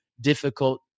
difficult